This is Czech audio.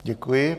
Děkuji.